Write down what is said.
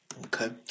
Okay